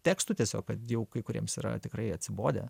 tekstų tiesiog kad jau kai kuriems yra tikrai atsibodę